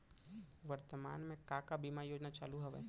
वर्तमान में का का बीमा योजना चालू हवये